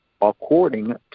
according